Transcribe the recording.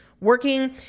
working